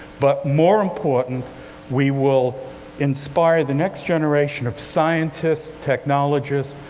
but more important we will inspire the next generation of scientists, technologists,